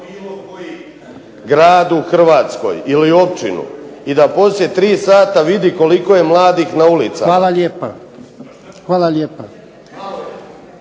se./... grad u Hrvatskoj ili općinu i da poslije 3 sata vidi koliko je mladih na ulicama. **Jarnjak,